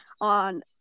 on